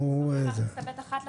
תודה לכם.